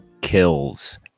kills